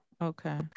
okay